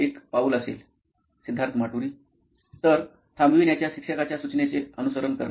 सिद्धार्थ माटुरी मुख्य कार्यकारी अधिकारी नॉइन इलेक्ट्रॉनिक्स तर थांबविण्याच्या शिक्षकाच्या सूचनेचे अनुसरण करणे